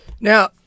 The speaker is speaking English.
Now